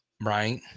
right